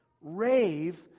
Rave